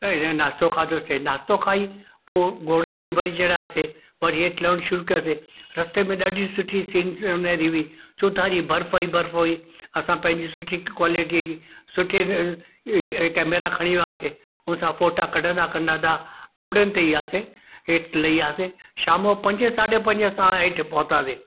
नास्तो खाधोसे नास्तो खाई पोइ घोड़नि ते वरी चढ़ियासे वरी हेठि लहण शुरू कयोसीं रस्ते में ॾाढी सुठी सीन्स उन्हारी हुई चोधारी बर्फ़ु ई बर्फ़ु हुई असां पंहिंजी सुठी हिकु क़्वालिटीअ जी सुठे कैमरा खणी विया हुआसीं हुन सां फोटा कढंदा कढंदा घोड़नि ते ई हुआसीं हेठि लई वियासीं शाम जो पंजे साढे पंजे असां हेठि पहुंतासीं